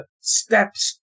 steps